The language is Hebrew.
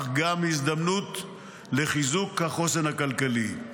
אך גם הזדמנות לחיזוק החוסן הכלכלי.